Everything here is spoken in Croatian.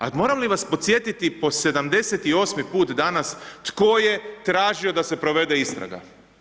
A moram li vas podsjetiti po 78. put danas tko je tražio da se provede istraga?